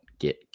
get